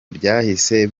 byahise